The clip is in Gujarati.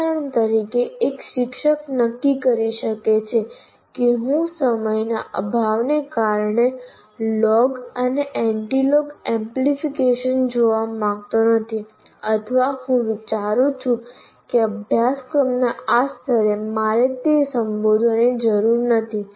ઉદાહરણ તરીકે એક શિક્ષક નક્કી કરી શકે છે કે હું સમયના અભાવને કારણે લોગ અને એન્ટિલોગ એમ્પ્લીફિકેશન જોવા માંગતો નથી અથવા હું વિચારું છું કે અભ્યાસક્રમના આ સ્તરે મારે તે સંબોધવાની જરૂર નથી